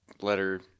letter